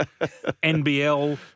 NBL